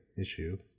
issue